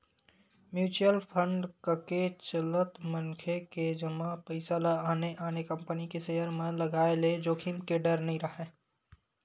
mutual fund कके चलत मनखे के जमा पइसा ल आने आने कंपनी के सेयर म लगाय ले जोखिम के डर नइ राहय